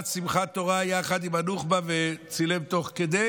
שמחת תורה יחד עם הנוח'בה וצילם תוך כדי